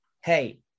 Hey